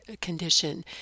condition